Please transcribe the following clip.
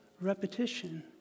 repetition